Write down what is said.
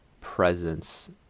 presence